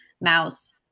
mouse